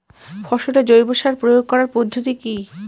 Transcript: ফসলে জৈব সার প্রয়োগ করার পদ্ধতি কি?